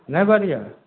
नहि बढ़िआँ